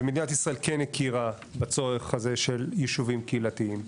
ומדינת ישראל כן הכירה בצורך הזה של ישובים קהילתיים.